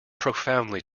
profoundly